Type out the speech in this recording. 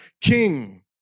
king